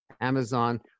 Amazon